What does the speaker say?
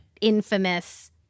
infamous